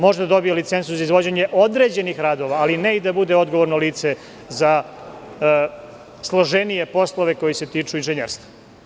Može da dobije licencu za izvođenje određenih radova, ali ne i da bude odgovorno lice za složenije poslove koji se tiču inženjerstva.